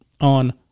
On